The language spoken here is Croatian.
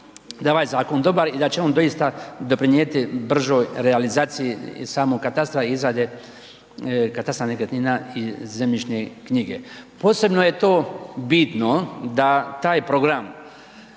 da je ovaj zakon dobar i da će on doista doprinijeti bržoj realizaciji samog katastra izrade, katastra nekretnina i zemljišne knjige. Posebno je to bitno da taj program